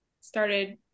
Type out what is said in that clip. started